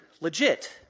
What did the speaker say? legit